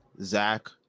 Zach